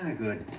good.